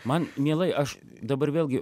man mielai aš dabar vėlgi